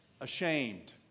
ashamed